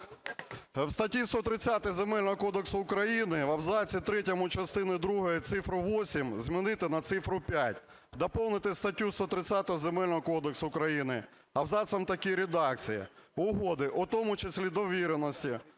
В статті 130 Земельного кодексу України в абзаці третьому частини другої цифру "8" замінити на цифру "5". Доповнити статтю 130 Земельного кодексу України абзацом в такій редакції: "Угоди (у тому числі довіреності),